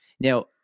Now